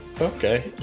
Okay